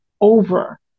over